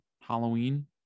Halloween